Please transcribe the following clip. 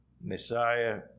Messiah